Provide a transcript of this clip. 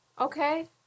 Okay